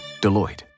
Deloitte